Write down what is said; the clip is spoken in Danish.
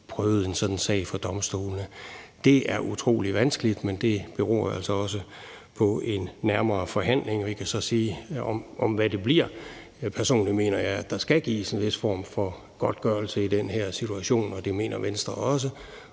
prøvet en sådan sag for domstolene? Det er utrolig vanskeligt, men det beror altså også på en nærmere forhandling, og jeg kan så om, hvordan det bliver, sige, at jeg personligt mener, at der skal gives en vis form for godtgørelse i den her situation, og det mener Venstre også.